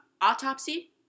autopsy